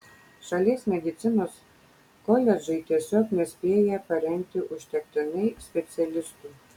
šalies medicinos koledžai tiesiog nespėja parengti užtektinai specialistų